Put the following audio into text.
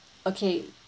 okay